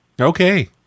Okay